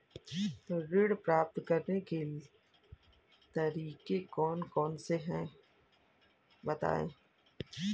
ऋण प्राप्त करने के तरीके कौन कौन से हैं बताएँ?